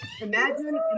Imagine